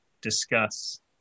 discuss